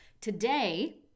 Today